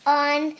on